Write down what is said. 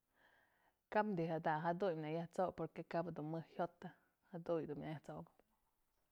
Kap dij jada, jaduyë nä yaj t'sokëp porque kap jedun mëj jyotë, jaduyë dun nä yaj t'sokëp.